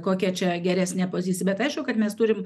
kokia čia geresnė pozicija bet aišku kad mes turim